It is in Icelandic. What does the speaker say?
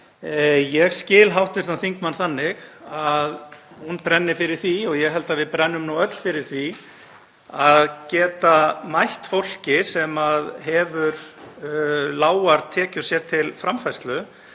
ég skil hv. þingmann þannig að hún brenni fyrir því og ég held að við brennum nú öll fyrir því að geta mætt fólki sem hefur lágar tekjur sér til framfærslu.